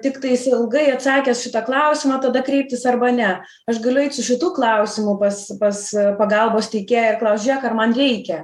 tiktais ilgai atsakęs šitą klausimą tada kreiptis arba ne aš galiu eit su šitu klausimu pas pas pagalbos teikėją ir klaust žėk ar man reikia